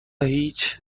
هیچ